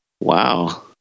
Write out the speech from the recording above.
Wow